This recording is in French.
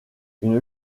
une